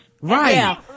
right